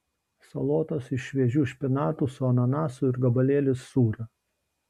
salotos iš šviežių špinatų su ananasu ir gabalėlis sūrio